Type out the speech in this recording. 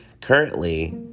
Currently